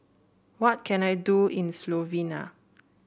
what can I do in Slovenia